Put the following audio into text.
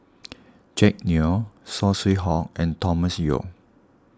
Jack Neo Saw Swee Hock and Thomas Yeo